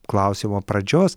klausimo pradžios